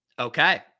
Okay